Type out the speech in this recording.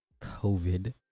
COVID